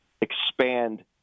expand